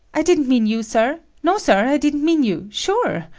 i didn't mean you. sir. no, sir, i didn't mean you, sure.